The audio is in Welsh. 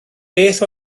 beth